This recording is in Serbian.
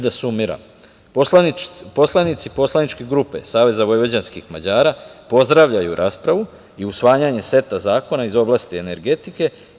Da sumiram, poslanici poslaničke grupe Saveza vojvođanskih Mađara pozdravljaju raspravu i usvajanje seta zakona iz oblasti energetike.